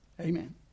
Amen